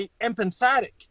empathetic